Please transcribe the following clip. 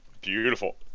Beautiful